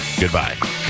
Goodbye